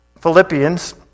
Philippians